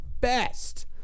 best